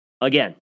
Again